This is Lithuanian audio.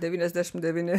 devyniasdešim devyni